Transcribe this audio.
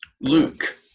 Luke